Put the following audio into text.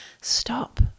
stop